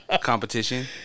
Competition